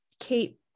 keep